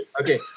Okay